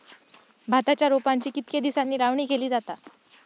भाताच्या रोपांची कितके दिसांनी लावणी केली जाता?